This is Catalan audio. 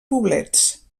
poblets